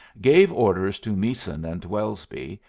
gave orders to meeson and welsby,